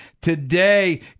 today